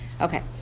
Okay